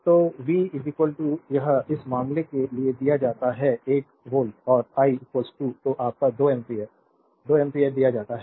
तो वी यह इस मामले के लिए दिया जाता है 1 वोल्ट और I को आपका 2 एम्पीयर 2 एम्पीयर दिया जाता है